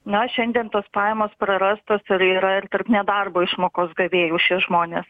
na šiandien tos pajamos prarastos ir yra ir tarp nedarbo išmokos gavėjų šie žmonės